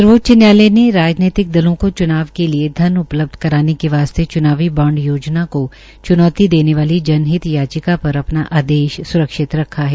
सर्वोच्च न्यायालय ने राजनीतिक दलों को च्नाव के लिये धन उपलब्ध कराने के वास्ते च्नावी बांड योजना को च्नौती देने वाली जनहित याचिका पर आपना स्रक्षित रखा है